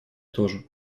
тоже